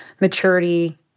maturity